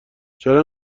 چرا